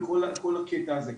וכל הקטע הזה.